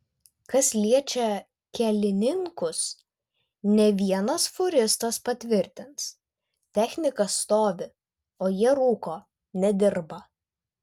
kas liečia kelininkus ne vienas fūristas patvirtins technika stovi o jie rūko nedirba